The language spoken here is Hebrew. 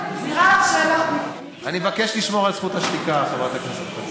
את חושבת שהוא לא עושה את זה בתיאום עם ראש הממשלה?